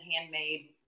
handmade